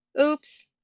oops